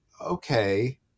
okay